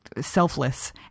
selfless